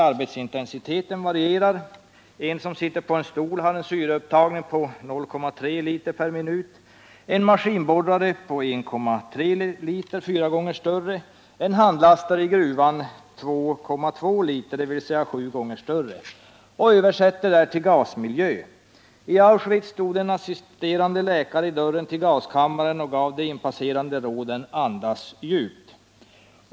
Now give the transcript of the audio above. Arbetsintensiteten varierar. En som sitter på en stol har en syreupptagning av 0,3 I per minut, en maskinborrare 1,3 1, dvs. fyra gånger större syreupptagning, och en handlastare i gruvan 242 I, dvs. sju gånger större. Översätt detta till gasmiljö! I Auschwitz stod en assisterande läkare vid dörren till gaskammaren och gav de inpasserande rådet: Andas djupt.